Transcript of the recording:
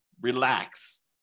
relax